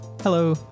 Hello